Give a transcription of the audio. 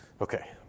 Okay